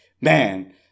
man